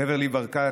בברלי ברקת,